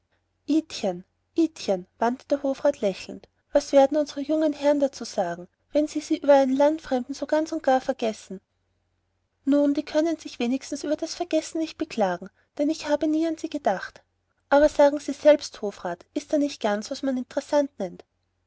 der hofrat lächelnd was werden unsere jungen herren dazu sagen wenn sie sie über einem landfremden so ganz und gar vergessen nun die können sich wenigstens über das vergessen nicht beklagen denn ich habe nie an sie gedacht aber sagen sie selbst hofrat ist er nicht ganz was man interessant nennt